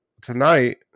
tonight